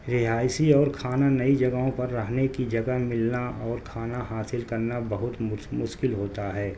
رہائشی اور کھانا نئی جگہوں پر رہنے کی جگہ ملنا اور کھانا حاصل کرنا بہت مشکل ہوتا ہے